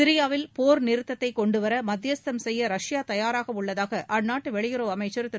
சிரியாவில் போர் நிறுத்ததை கொண்டுவர மத்தியஸ்தம் செய்ய ரஷ்பா தயாராக உள்ளதாக அந்நாட்டு வெளியுறவு அமைச்சர் திரு